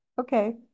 Okay